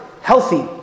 healthy